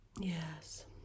Yes